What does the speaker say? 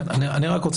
אני לא יודע